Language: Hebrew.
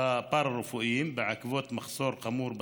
הפארה-רפואיים בעקבות מחסור חמור בתקנים,